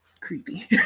creepy